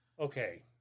Okay